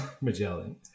Magellan